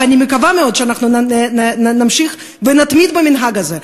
ואני מקווה מאוד שנמשיך ונתמיד במנהג הזה,